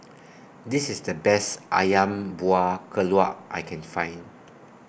This IS The Best Ayam Buah Keluak I Can Find